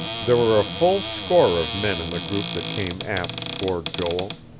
there were a full score of men in the group that came aft toward joel.